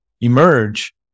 emerge